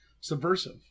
subversive